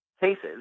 cases